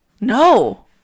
No